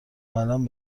قلم